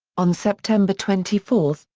on september twenty four,